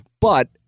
But-